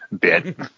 bit